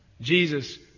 Jesus